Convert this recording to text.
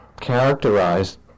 characterized